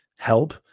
help